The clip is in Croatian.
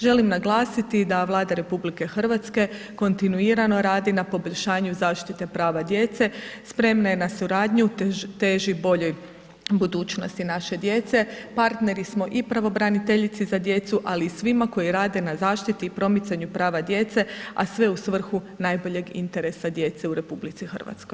Želim naglasiti da Vlada Rh kontinuirano radi na poboljšanju zaštite prava djece, spremna je na suradnju, teži boljoj budućnosti naše djece, partneri smo i pravobraniteljici za djecu ali i svima koji rade na zaštiti i promicanju prava djece a sve u svrhu najboljeg interesa djece u RH.